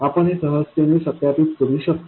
आपण हे सहजतेने सत्यापित करू शकतो